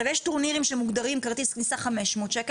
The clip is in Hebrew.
יש טורנירים שמוגדרים עם כרטיס כניסה של 500 שקל,